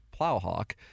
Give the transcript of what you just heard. Plowhawk